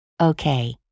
Okay